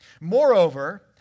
Moreover